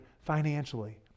financially